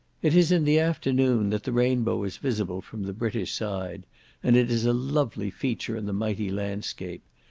it is in the afternoon that the rainbow is visible from the british side and it is a lovely feature in the mighty landscape.